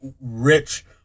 rich